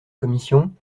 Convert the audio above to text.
commission